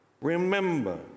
remember